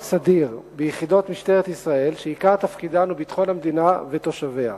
סדיר ביחידות משטרת ישראל שעיקר תפקידן הוא ביטחון המדינה ותושביה.